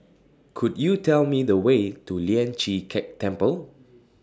Could YOU Tell Me The Way to Lian Chee Kek Temple